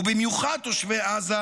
ובמיוחד של תושבי עזה,